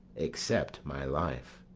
except my life.